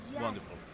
Wonderful